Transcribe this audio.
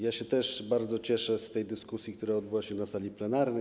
Ja się też bardzo cieszę z tej dyskusji, która odbyła się na sali plenarnej.